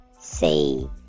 say